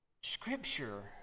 scripture